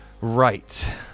Right